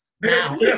now